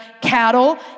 cattle